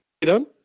done